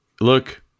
look